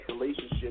relationship